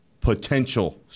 potential